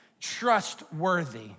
trustworthy